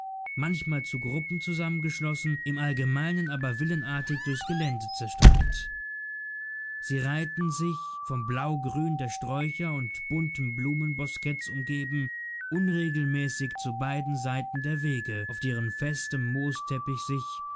manchmal zu gruppen zusammengeschlossen im allgemeinen aber villenartig durchs gelände zerstreut sie reihten sich vom blaugrün der sträucher und bunten blumenbosketts umgeben unregelmäßig zu beiden seiten der wege auf deren festem moosteppich sich